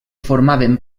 formaven